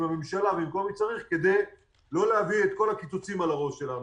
הממשלה ועם כל מי שצריך כדי לא להביא את כל הקיצוצים על הראש שלנו.